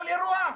כל אירוע?